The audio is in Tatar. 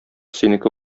синеке